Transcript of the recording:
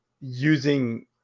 using